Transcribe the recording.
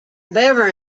liver